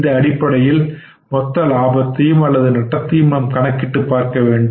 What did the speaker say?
இந்த அடிப்படையில் மொத்த லாபத்தையும்நட்டத்தையும் நாம் கணக்கிட்டுப் பார்க்க வேண்டும்